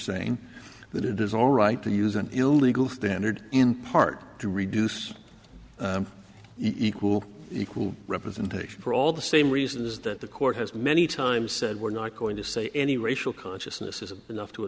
saying that it is all right to use an illegal standard in part to reduce equal equal representation for all the same reasons that the court has many times said we're not going to say any racial consciousness isn't enough to